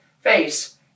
face